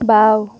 বাওঁ